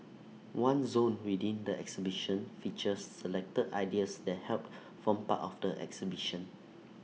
one zone within the exhibition features selected ideas that helped form part of the exhibition